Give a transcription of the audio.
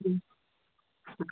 ହୁଁ ହଁ